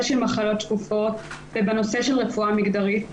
של מחלות שקופות ובנושא של רפואה מגדרית,